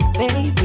Baby